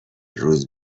روز